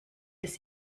des